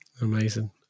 Amazing